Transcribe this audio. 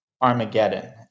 Armageddon